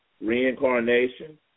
reincarnation